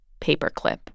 Paperclip